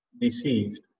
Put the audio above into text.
deceived